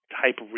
type